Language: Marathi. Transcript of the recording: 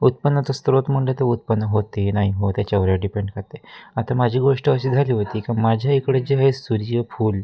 उत्पन्नचा स्रोत म्हटलं तर उत्पन्न होते नाही होत त्याच्यावर डिपेंड करते आता माझी गोष्ट अशी झाली होती का माझ्या इकडे जे आहे सूर्यफूल